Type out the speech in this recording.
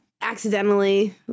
accidentally